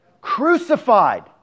Crucified